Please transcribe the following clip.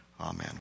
Amen